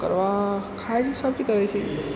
करऽ हाँ खाइ लै सभचीज करै छी